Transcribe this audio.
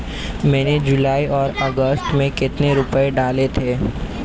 मैंने जुलाई और अगस्त में कितने रुपये डाले थे?